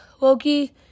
Loki